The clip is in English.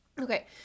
Okay